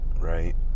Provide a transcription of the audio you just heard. right